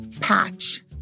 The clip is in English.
patch